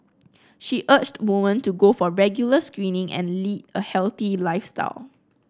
she urged women to go for regular screening and lead a healthy lifestyle